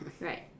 Right